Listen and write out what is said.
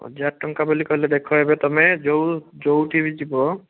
ହଜାରେ ଟଙ୍କା ବୋଲି କହିଲେ ଦେଖ ଏବେ ତମେ ଯେଉଁ ଯେଉଁଠି ବି ଯିବ